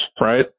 right